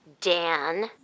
Dan